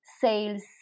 sales